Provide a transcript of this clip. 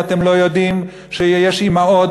ואתם לא יודעים שיש אימהות,